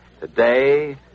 Today